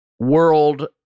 world